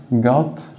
God